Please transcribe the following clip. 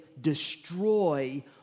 destroy